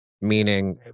meaning